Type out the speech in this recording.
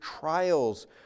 trials